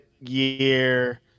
year